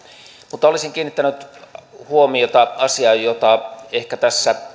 mutta olisin kiinnittänyt huomiota asiaan jota ehkä tässä